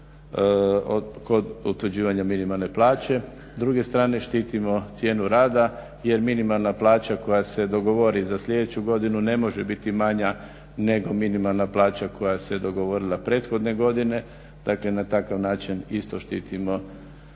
kod utvrđivanja minimalne plaće. S druge strane štitimo cijenu rada, jer minimalna plaća koja se dogovori za sljedeću godinu ne može biti manja nego minimalna plaća koja se je dogovorila prethodne godine. Dakle, na takav način isto štitimo